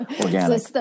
organic